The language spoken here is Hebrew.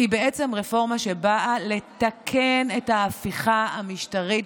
היא רפורמה שבאה לתקן את ההפיכה המשטרית